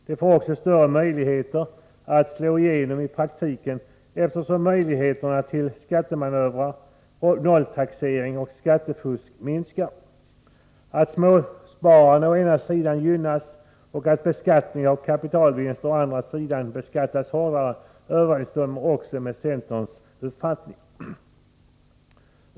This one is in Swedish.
De får också större möjligheter att slå igenom i praktiken, eftersom möjligheterna till skattemanövrer, nolltaxering och skattefusk minskar. Att småspararna å ena sidan gynnas och att beskattningen av kapitalvinster å andra sidan beskattas hårdare överensstämmer också med centerns uppfattning.